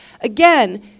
Again